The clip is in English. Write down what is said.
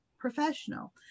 professional